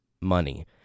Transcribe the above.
money